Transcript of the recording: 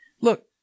look